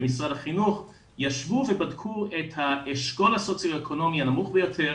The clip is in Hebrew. במשרד החינוך ישבו ובדקו את האשכול הסוציו אקונומי הנמוך ביותר